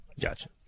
Gotcha